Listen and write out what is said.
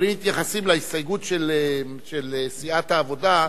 אבל אם מתייחסים להסתייגות של סיעת העבודה,